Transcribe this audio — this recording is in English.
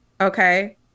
Okay